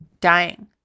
dying